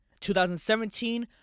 2017